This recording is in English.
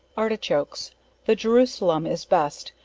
artichokes the jerusalem is best,